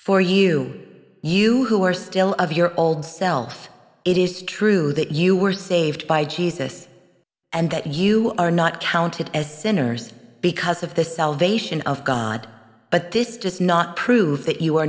for you you who are still of your old self it is true that you were saved by jesus and that you are not counted as sinners because of the salvation of god but this does not prove that you are